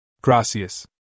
Gracias